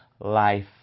life